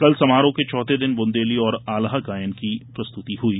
कल समारोह के चौथे दिन बुंदेली और आल्हा गायन की प्रस्तुति हुई